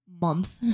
month